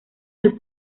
del